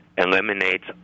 Eliminates